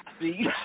see